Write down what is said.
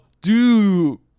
dude